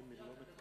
אדוני,